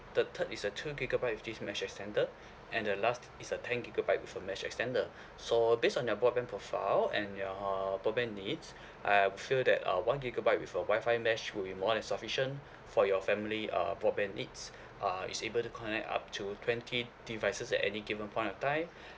the third is a two gigabyte with this mesh extender and the last is a ten gigabyte with a mesh extender so based on your broadband profile and your broadband need I feel that a one gigabyte with a Wi-Fi mesh will be more than sufficient for your family uh broadband needs uh it's able to connect up to twenty devices at any given point of time